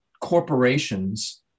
corporations